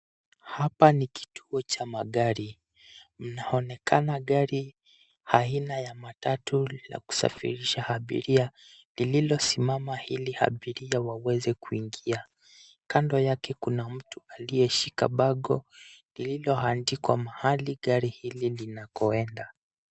Hapa ni kituo cha magari. Mnaonekana gari aina ya matatu la kusafirisha abiria lililosimama ili abiria waweze kuingia. Kando yake kuna mtu aliyeshika bango lililoandikwa mahali gari hili linakokwenda.